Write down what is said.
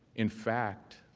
in fact,